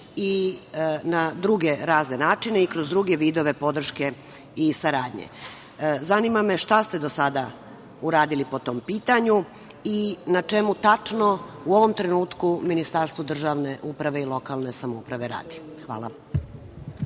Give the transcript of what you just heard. i na druge razne načine i kroz druge vidove podrške i saradnje. Zanima me šta ste do sada uradili po tom pitanju i na čemu tačno u ovom trenutku Ministarstvo državne uprave i lokalne samouprave radi? Hvala.